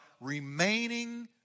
remaining